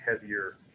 heavier